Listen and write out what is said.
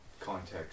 context